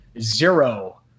zero